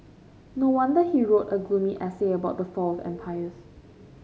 no wonder he wrote a gloomy essay about the fall of empires